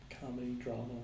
comedy-drama